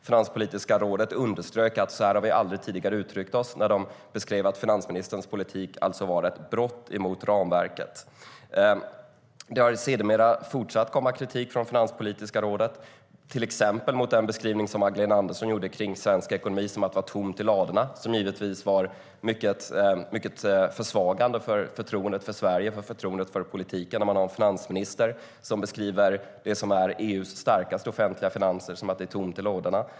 Finanspolitiska rådet underströk att så här har vi aldrig tidigare uttryckt oss när de beskrev finansministerns politik som ett brott mot ramverket. Det har sedermera fortsatt att komma kritik från Finanspolitiska rådet, till exempel mot den beskrivning som Magdalena Andersson gjorde av svensk ekonomi som att det var tomt i ladorna. Det försvagar givetvis förtroendet för Sverige och för politiken när man har en finansminister som beskriver det som är EU:s starkaste offentliga finanser som att det är tomt i ladorna.